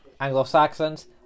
Anglo-Saxons